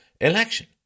election